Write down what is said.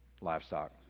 livestock